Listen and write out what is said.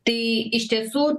tai iš tiesų